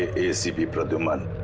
acp pradyuman